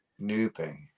Newbie